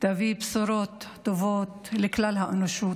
תביא בשורות טובות לכלל האנושות.